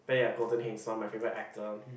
but yeah Colton-Haynes is one of my favourite actor